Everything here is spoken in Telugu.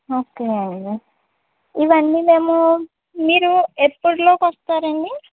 ఓకే అండి ఇవన్నీ మేమూ మీరు ఎప్పడిలోగా వస్తారండి